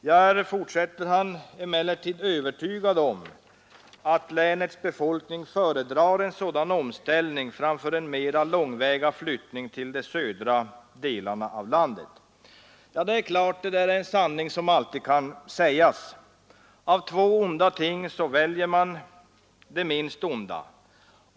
”Jag är”, fortsätter han, ”emellertid övertygad om att länets befolkning föredrar en sådan omställning framför en mera långväga flyttning till de södra delarna av landet.” Det är klart att detta är en sanning som alltid kan sägas. Av två onda ting väljer man det minst onda.